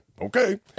okay